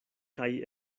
kaj